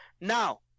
Now